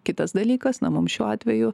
kitas dalykas na mum šiuo atveju